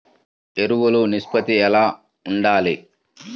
ఎరువులు నిష్పత్తి ఎలా ఉండాలి?